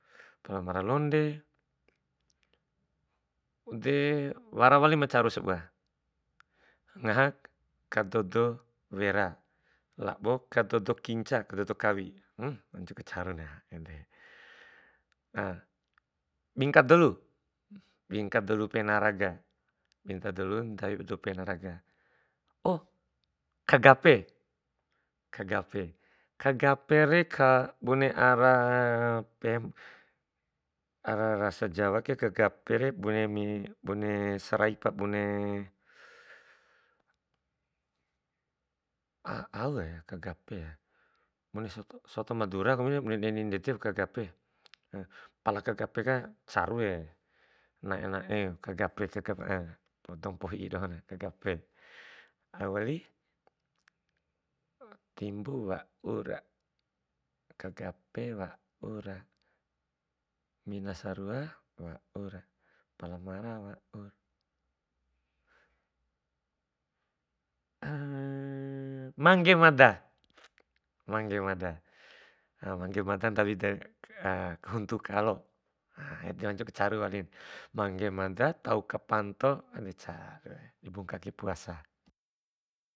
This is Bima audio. Palamara londe, de wara wali ma caru sabua, ngaha kadodo wera, lobo kadodo kinca, kadodo kawi emm waktu ku caruna. Bingka dolu, bongka dolu penaraga, bingka dolu ndawi ba dou penaraga. kagape, kagape kagape kagape re ka, bune ara pehem ara rasa jawa ke, kagape re bune sarai pa bune, a- au ya kagape, bune soto, soto madura kombina, bone deni ndepa kagape pala kagape ka carue nae nae, kagape ka na dompo hi'i dohon, kagape. Au wali, timbu waura, kagape waura, mina sarua waura, pala mara waura, mangge mada, mangge mada, mangge mada ndawi dae, kahuntu kalo, kahuntu kalo, ede wali ma caru, mangge mada tau kapanto ede carui, di bungka kai puasa.